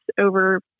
over